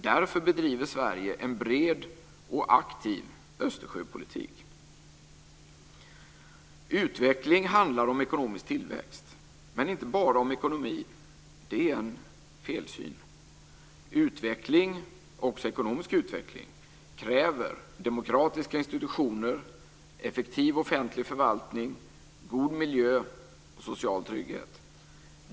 Därför bedriver Sverige en bred och aktiv Utveckling handlar om ekonomisk tillväxt, men inte bara om ekonomi. Det är en felsyn. Utveckling, också ekonomisk utveckling, kräver demokratiska institutioner, effektiv offentlig förvaltning, god miljö och social trygghet.